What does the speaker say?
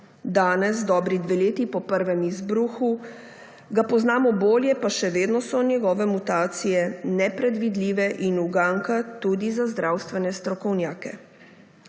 Danes, dobri dve leti po prvem izbruhu, ga poznamo bolje, pa še vedno so njegove mutacije nepredvidljive in uganka tudi za zdravstvene strokovnjake.